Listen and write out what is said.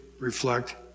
reflect